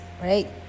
right